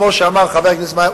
כמו שאמר חבר הכנסת גנאים,